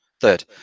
Third